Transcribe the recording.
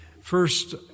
First